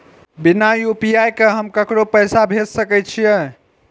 बिना यू.पी.आई के हम ककरो पैसा भेज सके छिए?